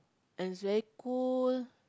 and it's very cool